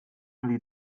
wie